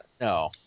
No